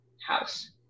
house